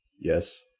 yes.